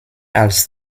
als